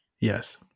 Yes